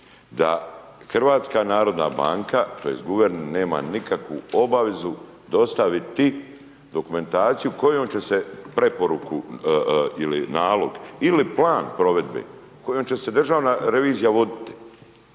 ili preporuka što znači da HNB tj. guverner nema nikakvu obavezu dostaviti dokumentaciju kojom će se preporuku ili nalog ili plan provedbe, kojom će se Državna revizija voditi